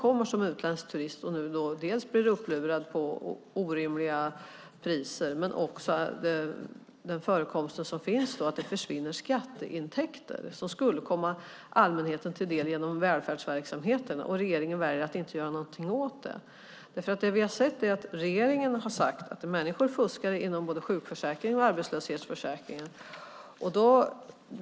Om turister blir lurade att betala orimliga priser och det också försvinner skatteintäkter som annars skulle komma allmänheten till del genom välfärdsverksamheten, och regeringen väljer att inte göra något åt det är det oroande. Regeringen har sagt att människor fuskar i både sjukförsäkringen och arbetslöshetsförsäkringen.